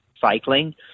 cycling